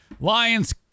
Lions